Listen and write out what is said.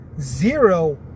zero